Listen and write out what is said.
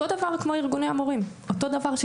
אותו דבר כמו ארגוני המורים,